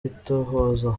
itohoza